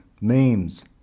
memes